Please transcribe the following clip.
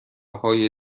های